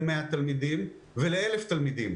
ל-100 תלמידים ול-1,000 תלמידים